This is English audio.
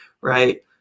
right